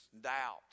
doubt